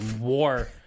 War